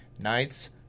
Knight's